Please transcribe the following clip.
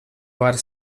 vari